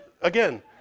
again